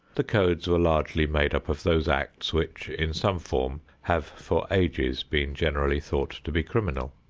the codes were largely made up of those acts which, in some form, have for ages been generally thought to be criminal.